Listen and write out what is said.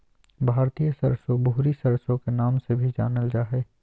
भारतीय सरसो, भूरी सरसो के नाम से भी जानल जा हय